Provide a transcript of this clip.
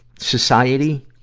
society.